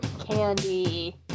Candy